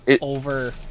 over